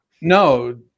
No